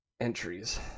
entries